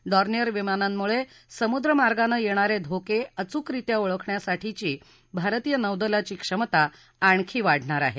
Dornier विमानांमुळे समुद्र मार्गानं येणारे धोके अचुकरित्या ओळखण्यासाठीची भारतीय नौदलाची क्षमता आणखी वाढणार आहे